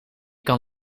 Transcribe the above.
kan